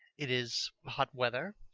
it is hot weather.